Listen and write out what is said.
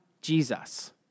Jesus